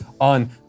on